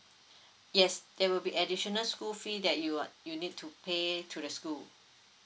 yes there will be additional school fee that you uh you need to pay to the school